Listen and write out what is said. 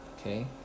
Okay